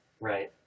Right